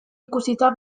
ikusita